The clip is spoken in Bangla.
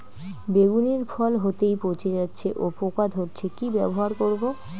বেগুনের ফল হতেই পচে যাচ্ছে ও পোকা ধরছে কি ব্যবহার করব?